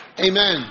Amen